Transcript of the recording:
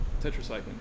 tetracyclines